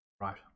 Right